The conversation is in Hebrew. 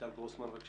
ליטל גרוסמן בבקשה.